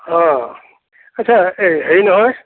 অঁ আচ্চা এই হেৰি নহয়